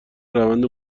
روند